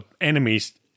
enemies